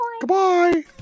goodbye